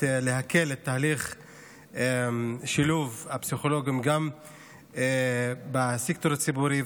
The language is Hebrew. להקל את תהליך שילוב הפסיכולוגים גם בסקטור הציבורי,